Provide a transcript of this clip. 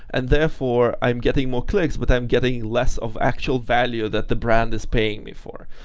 and therefore i'm getting more clicks, but i'm getting less of actual value that the brand is paying me for.